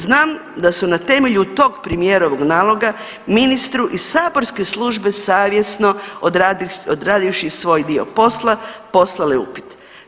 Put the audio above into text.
Znam da su na temelju tog premijerovog naloga ministru i saborske službe savjesno odradivši svoj dio posla poslale upit.